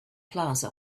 plaza